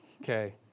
Okay